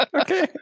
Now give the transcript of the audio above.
Okay